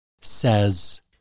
says